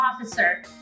officer